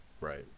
Right